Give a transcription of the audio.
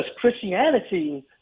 Christianity